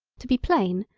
to be plain,